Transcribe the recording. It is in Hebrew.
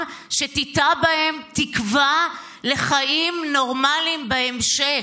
שתיטע בהם תקווה לחיים נורמליים בהמשך.